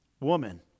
woman